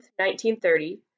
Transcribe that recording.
1930